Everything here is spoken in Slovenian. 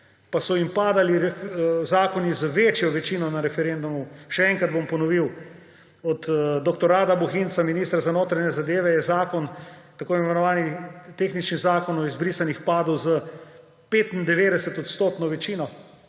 pa so jim padali zakoni z večjo večino na referendumu. Še enkrat bom ponovil, zakon od dr. Rada Bohinca, ministra za notranje zadeve, tako imenovani tehnični zakon o izbrisanih, je padel s 95-odstotno večino.